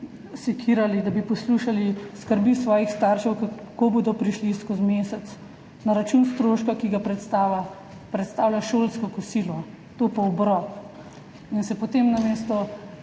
da bi poslušali skrbi svojih staršev, kako bodo prišli skozi mesec na račun stroška, ki ga predstavlja šolsko kosilo, topel obrok, in se potem namesto